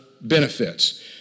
benefits